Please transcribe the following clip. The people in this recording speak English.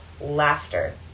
laughter